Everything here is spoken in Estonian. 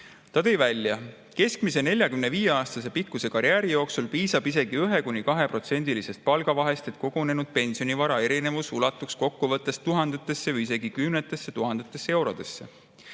Ta tõi välja: "Keskmise 45-aasta pikkuse karjääri jooksul piisab isegi 1-2%lisest palgavahest, et kogunenud pensionivara erinevus ulatuks kokkuvõttes tuhandetesse või isegi kümnetesse tuhandetesse eurodesse.